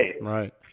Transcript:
Right